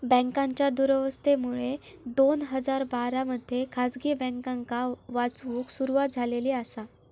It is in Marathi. बँकांच्या दुरावस्थेमुळे दोन हजार बारा मध्ये खासगी बँकांका वाचवूक सुरवात झालेली आसा